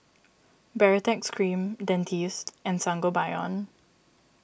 Baritex Cream Dentiste and Sangobion